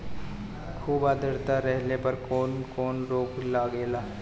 खुब आद्रता रहले पर कौन कौन रोग लागेला?